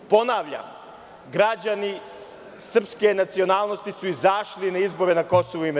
Ponavljam, građani srpske nacionalnosti su izašli na izbore na KiM.